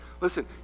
Listen